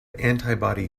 antibody